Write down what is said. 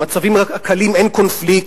במצבים הקלים אין קונפליקט.